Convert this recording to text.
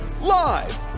live